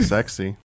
Sexy